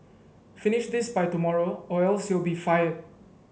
finish this by tomorrow or else you'll be fired